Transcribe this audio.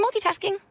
multitasking